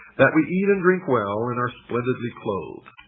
that we eat and drink well and are splendidly clothed.